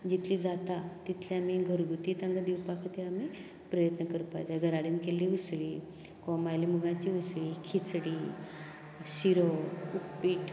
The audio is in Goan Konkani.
जितले जाता तितले आमी घरगुती तांकां दिवपा खातीर आमी प्रयत्न करपा जाय घरा कडेन केल्ली उसळीं कोंब आयल्ल्या मुगाची उसळीं खिचडी शिरो उपीट